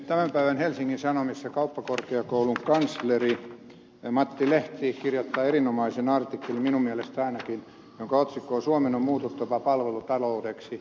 tämän päivän helsingin sanomissa kauppakorkeakoulun kansleri matti lehti kirjoittaa erinomaisen artikkelin minun mielestäni ainakin jonka otsikko on suomen on muututtava palvelutaloudeksi